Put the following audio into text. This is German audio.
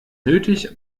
nötig